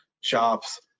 shops